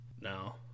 No